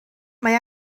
mae